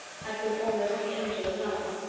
had been almost an angel of light.